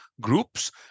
groups